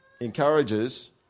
encourages